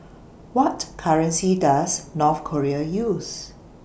What currency Does North Korea use